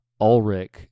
Ulrich